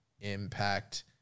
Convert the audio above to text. impact